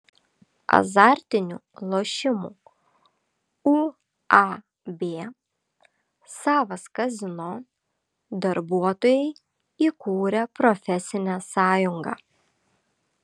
azartinių lošimų uab savas kazino darbuotojai įkūrė profesinę sąjungą